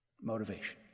Motivation